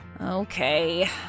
Okay